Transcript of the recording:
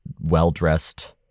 well-dressed